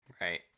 Right